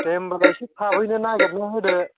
दे होनबालाय एसे थाबैनो नागिरनानै होदो